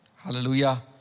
Hallelujah